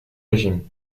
régime